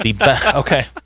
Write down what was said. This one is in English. Okay